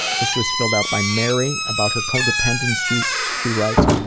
this was filled out by mary. about her co-dependence she she writes,